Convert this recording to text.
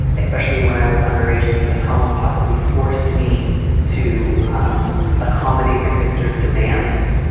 especially when i was underage and living at home, possibly forced me to um accommodate my sister's demands